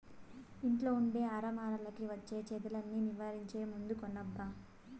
ఇంట్లో ఉండే అరమరలకి వచ్చే చెదల్ని నివారించే మందు కొనబ్బా